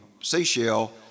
seashell